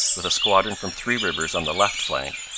with a squadron from three rivers on the left flank,